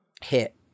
hit